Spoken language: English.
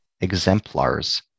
exemplars